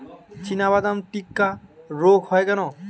চিনাবাদাম টিক্কা রোগ হয় কেন?